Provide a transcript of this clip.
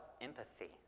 empathy